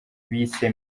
bise